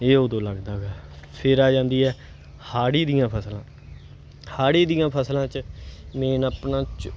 ਇਹ ਉਦੋਂ ਲੱਗਦਾ ਗਾ ਫੇਰ ਆ ਜਾਂਦੀ ਹੈ ਹਾੜ੍ਹੀ ਦੀਆਂ ਫਸਲਾਂ ਹਾੜ੍ਹੀ ਦੀਆਂ ਫਸਲਾਂ 'ਚ ਮੇਨ ਆਪਣਾ